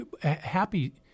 happy